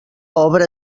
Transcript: obra